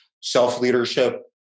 self-leadership